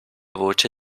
voce